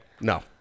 No